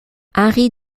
henri